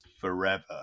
forever